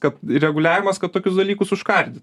kad reguliavimas kad tokius dalykus užkardyt